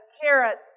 carrots